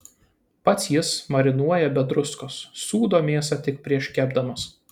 pats jis marinuoja be druskos sūdo mėsą tik prieš kepdamas